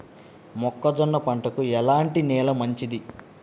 మొక్క జొన్న పంటకు ఎలాంటి నేల మంచిది?